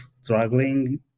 struggling